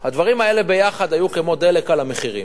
הדברים האלה ביחד היו כמו דלק על המחירים,